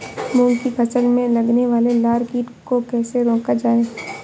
मूंग की फसल में लगने वाले लार कीट को कैसे रोका जाए?